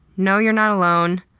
know you're not alone.